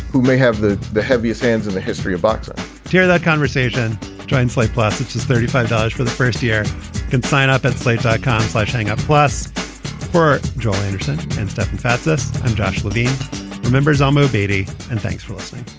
who may have the heaviest heaviest hands in the history of boxing hear that conversation translate. plastic's is thirty five dollars for the first year can sign up and play icons like hang up plus for joe anderson and stefan fatsis. i'm josh levine remembers. i'm um obeidy. and thanks for listening